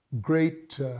great